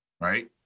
right